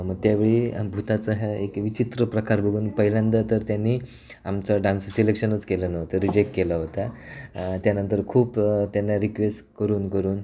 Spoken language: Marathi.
मग त्या वेळी भुताचा ह्या एक विचित्र प्रकार बघून पहिल्यांदा तर त्यांनी आमचा डान्सचं सिलेक्शनच केलं नव्हतं रिजेक केला होता त्यानंतर खूप त्यांना रिक्वेस करून करून